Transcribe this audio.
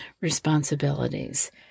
responsibilities